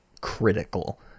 critical